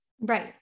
Right